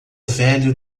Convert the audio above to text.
velho